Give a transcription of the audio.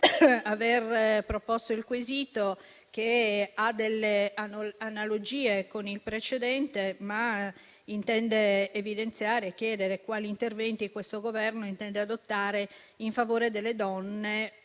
aver proposto il quesito, che ha delle analogie con il precedente, ma che intende evidenziare e chiedere quali interventi questo Governo intende adottare in favore delle donne